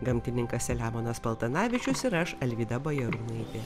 gamtininkas selemonas paltanavičius ir aš alvyda bajarūnaitė